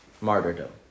martyrdom